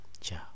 Ciao